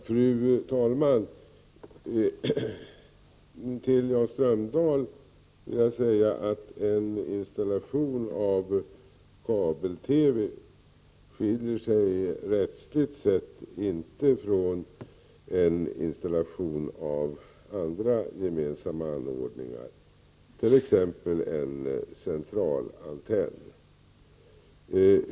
Fru talman! Till Jan Strömdahl vill jag säga att en installation av kabel TV rättsligt sett inte skiljer sig från en installation av andra gemensamma anordningar, exempelvis en centralantenn.